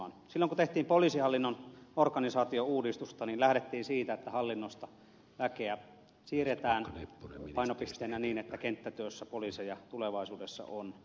silloin kun tehtiin poliisihallinnon organisaatiouudistusta lähdettiin siitä että hallinnosta väkeä siirretään painopisteenä se että kenttätyössä poliiseja tulevaisuudessa on